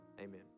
Amen